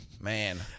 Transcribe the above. man